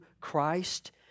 Christ